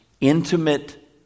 intimate